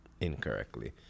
incorrectly